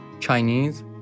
Chinese